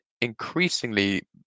increasingly